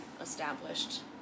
established